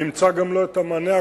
נמצא גם לו את המענה.